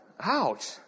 Ouch